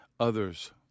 Others